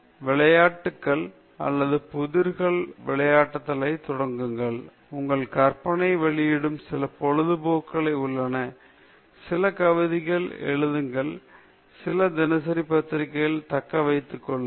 விளையாட்டுகள் அல்லது புதிர்கள் விளையாடுவதைத் தொடங்குங்கள் உங்கள் கற்பனை வெளியிடும் சில பொழுதுபோக்குகள் உள்ளன சில கவிதைகளை எழுதுங்கள் அல்லது தினசரி பத்திரிகைகளைத் தக்க வைத்துக் கொள்ளுங்கள்